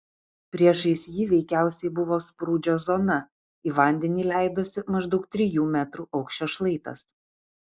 priešais jį veikiausiai buvo sprūdžio zona į vandenį leidosi maždaug trijų metrų aukščio šlaitas